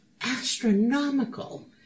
astronomical